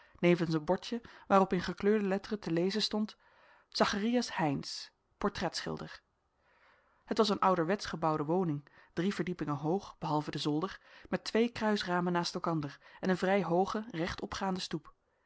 een bordje waarop in gekleurde letteren te lezen stond zacharias heynsz portretschilder het was een ouderwetsch gebouwde woning drie verdiepingen hoog behalve den zolder met twee kruisramen naast elkander en een vrij hooge recht opgaande stoep